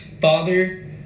Father